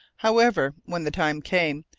however, when the time came,